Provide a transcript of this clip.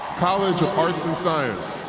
college of arts and science